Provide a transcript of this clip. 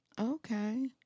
Okay